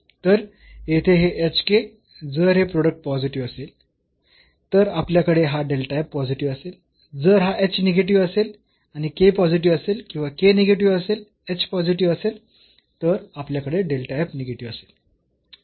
तर येथे हे hk जर हे प्रोडक्ट पॉझिटिव्ह असेल तर आपल्याकडे हा पॉझिटिव्ह असेल जर हा h निगेटिव्ह असेल आणि k पॉझिटिव्ह असेल किंवा k निगेटिव्ह असेल h पॉझिटिव्ह असेल तर आपल्याकडे निगेटिव्ह असेल